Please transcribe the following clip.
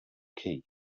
key